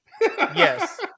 Yes